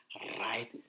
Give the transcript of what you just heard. right